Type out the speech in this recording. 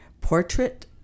portrait